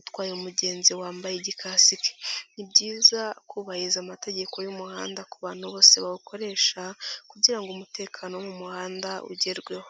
utwaye umugenzi wambaye igikasike, ni byiza kubahiriza amategeko y'umuhanda ku bantu bose bawukoresha kugira ngo umutekano wo mu muhanda ugerweho.